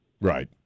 Right